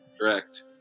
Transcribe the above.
Correct